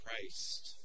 Christ